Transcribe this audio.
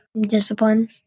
Discipline